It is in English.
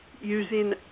using